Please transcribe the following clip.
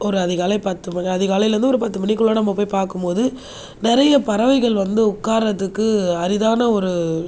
ஒரு அதிகாலை பத்து அதிகாலையில் இருந்து ஒரு பத்து மணிக்குள்ளே நாம் போய் பார்க்கும்போது நிறைய பறவைகள் வந்து உக்காறதுக்கு அரிதான ஒரு